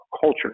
culture